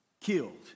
killed